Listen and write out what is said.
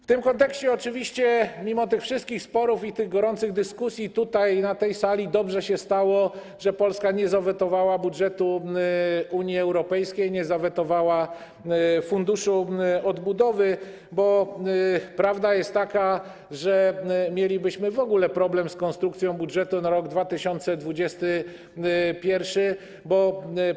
W tym kontekście oczywiście, mimo tych wszystkich sporów i tych gorących dyskusji tutaj, na tej sali, dobrze się stało, że Polska nie zawetowała budżetu Unii Europejskiej, nie zawetowała Funduszu Odbudowy, bo prawda jest taka, że mielibyśmy w ogóle problem z konstrukcją budżetu na rok 2021.